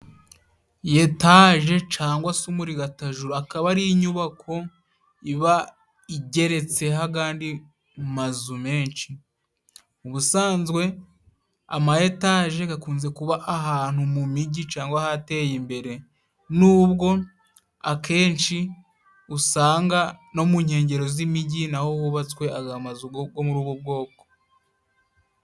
Yetage cangwa se murigatajuru, akaba ari inyubako iba igeretseho agandi mazu menshi. Ubusanzwe ama etage gakunze kuba ahantu mu mijyi cangwa hateye imbere, nubwo akenshi usanga no mu nkengero z'imijyi naho hubatswe aga mazu go muri ubwo bwoko.